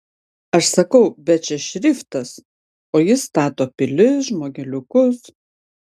aš sakau bet čia šriftas o jis stato pilis žmogeliukus